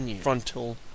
frontal